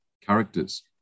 characters